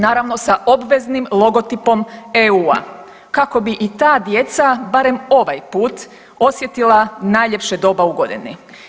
Naravno sa obveznim logotipom EU-a, kako bi i ta djeca barem ovaj put osjetila najljepše doba u godini.